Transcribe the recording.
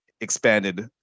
expanded